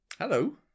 Hello